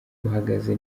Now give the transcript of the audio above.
uhagaze